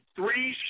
three